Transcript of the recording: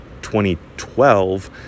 2012